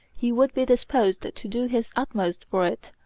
he would be disposed to do his utmost for it,